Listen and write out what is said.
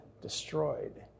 Destroyed